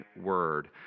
word